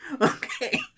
Okay